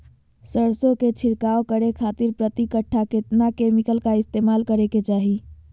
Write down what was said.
सरसों के छिड़काव करे खातिर प्रति कट्ठा कितना केमिकल का इस्तेमाल करे के चाही?